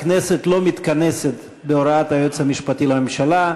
הכנסת לא מתכנסת בהוראת היועץ המשפטי לממשלה.